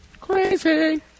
Crazy